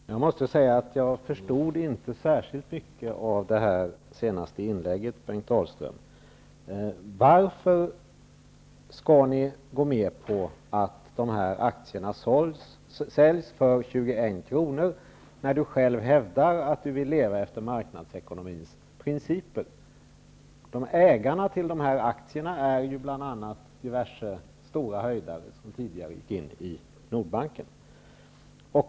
Herr talman! Jag måste säga att jag inte förstod särskilt mycket av det senaste inlägget, Bengt Dalström. Varför skall ni gå med på att dessa aktier säljs för 21 kr., när Bengt Dalström själv hävdar att han vill leva efter marknadsekonomins principer? Ägare till dessa aktier är bl.a. diverse stora höjdare, som tidigare gick in i Nordbanken.